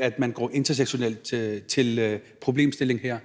at man går intersektionelt til problemstillingen her?